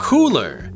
Cooler